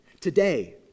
today